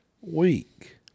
week